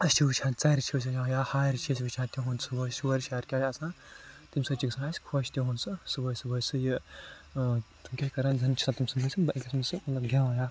أسۍ چھِ وُچھان کیٛاہ ژَرِ چھِ وُچھان یا ہارِ چھِ أسۍ وُچھان تِہُنٛد شور شَر کیٛاہ چھِ آسان تٔمۍ سۭتۍ چھِ گژھان اَسہِ خۄش تِہُنٛد سُہ صُبحٲے صُبحٲے سُہ یہِ کیٛاہ کران زَنہٕ چھِ تِم صُبحٲے اَکہِ قسمُک سُہ گٮ۪وان